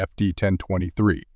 FD-1023